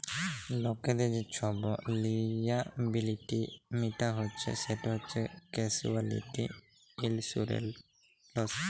লকদের যে ছব লিয়াবিলিটি মিটাইচ্ছে সেট হছে ক্যাসুয়ালটি ইলসুরেলস